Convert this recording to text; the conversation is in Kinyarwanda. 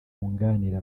wunganira